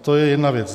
To je jedna věc.